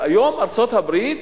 היום ארצות-הברית,